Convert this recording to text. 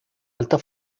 alta